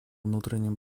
внутреннем